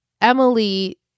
Emily